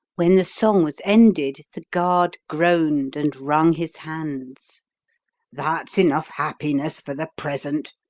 when the song was ended, the guard groaned and wrung his hands that's enough happiness for the present,